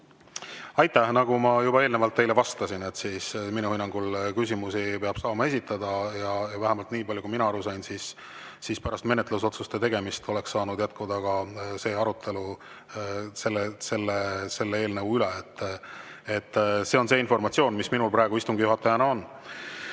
Aitäh! Nagu ma juba eelnevalt teile vastasin, minu hinnangul küsimusi peab saama esitada. Vähemalt nii palju, kui mina aru sain, siis pärast menetlusotsuste tegemist oleks saanud arutelu eelnõu üle jätkuda. See on see informatsioon, mis minul praegu istungi juhatajana on.